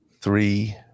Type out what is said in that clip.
three